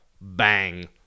bang